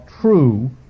true